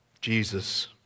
Jesus